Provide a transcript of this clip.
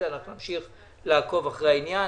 נמשיך לעקוב אחרי העניין.